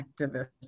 activists